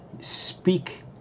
speak